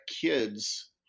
kids